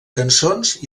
cançons